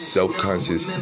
Self-conscious